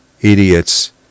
idiots